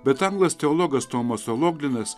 bet anglas teologas tomas oloblinas